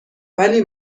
ولی